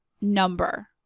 number